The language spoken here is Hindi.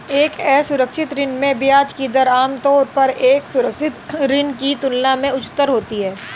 एक असुरक्षित ऋण में ब्याज की दर आमतौर पर एक सुरक्षित ऋण की तुलना में उच्चतर होती है?